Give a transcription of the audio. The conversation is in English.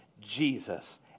Jesus